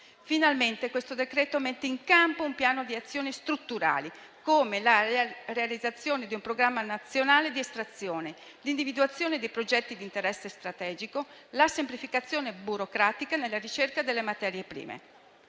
Finalmente questo decreto mette in campo un piano di azioni strutturali, come la realizzazione di un programma nazionale di estrazione, l'individuazione dei progetti di interesse strategico e la semplificazione burocratica nella ricerca delle materie prime,